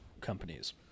companies